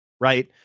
Right